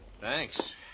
Thanks